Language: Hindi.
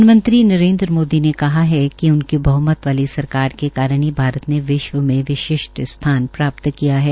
प्रधानमंत्री नरेन्द्र मोदी ने कहा है कि उनकी बहमत वाली सरकार के कारण भारत ने विश्व में विशिष्ट स्थान प्राप्त किया है